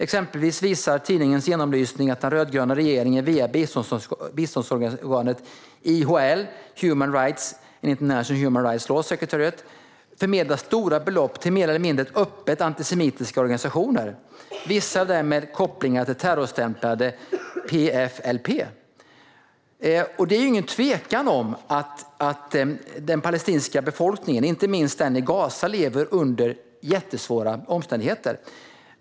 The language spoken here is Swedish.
Exempelvis visar tidningens genomlysning att den rödgröna regeringen via biståndsorganet HR/IHL, Human Rights and International Humanitarian Law Secretariat, förmedlar stora belopp till mer eller mindre öppet antisemitiska organisationer, och vissa av dem med kopplingar till terrorstämplade PFLP. Det är ingen tvekan om att den palestinska befolkningen och inte minst den i Gaza lever under jättesvåra omständigheter.